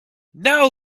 now